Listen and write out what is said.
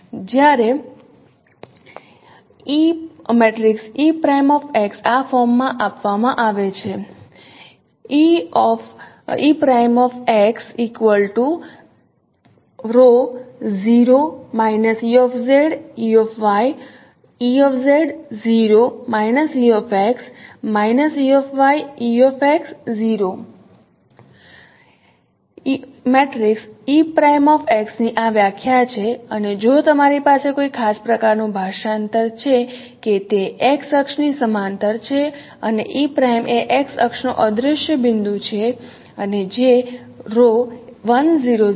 જ્યારે આ ફોર્મમાં આપવામાં આવે છે ની આ વ્યાખ્યા છે અને જો તમારી પાસે કોઈ ખાસ પ્રકારનું ભાષાંતર છે કે તે x અક્ષની સમાંતર છે અને e' એ x અક્ષોનો અદૃશ્ય બિંદુ છે અને જે 1 0 0